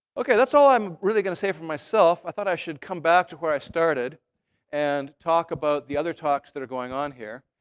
that's all i'm really going to say for myself. i thought i should come back to where i started and talk about the other talks that are going on here.